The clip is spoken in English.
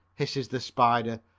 hisses the spider.